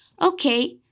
Okay